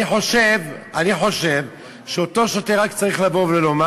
אני חושב שאותו שוטר רק צריך לבוא ולומר